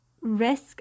risk